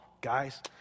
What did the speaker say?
guys